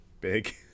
big